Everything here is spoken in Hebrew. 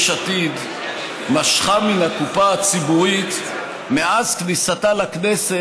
עתיד משכה מן הקופה הציבורית מאז כניסתה לכנסת?